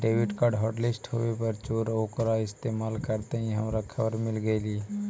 debit card hotlist होवे पर चोर ओकरा इस्तेमाल करते ही हमारा खबर मिल गेलई